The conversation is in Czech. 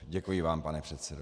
Děkuji vám, pane předsedo.